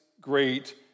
great